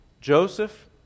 Joseph